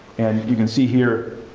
and you can see here